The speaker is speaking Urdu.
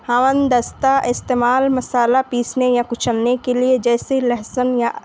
ہاون دستہ استعمال مسالا پیسنے یا کچلنے کے لیے جیسے لہسن یا